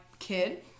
kid